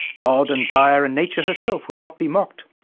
god and gaia and nature herself will not be mocked.